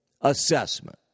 assessment